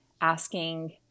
asking